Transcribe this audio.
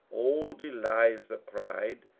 old eliza cried,